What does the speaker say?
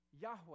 Yahweh